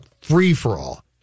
free-for-all